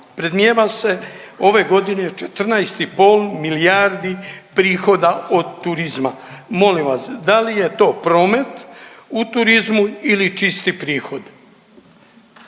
predmnijeva se ove godine 14,5 milijardi prihoda od turizma. Molim vas, da li je to promet u turizmu ili čisti prihod?